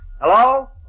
Hello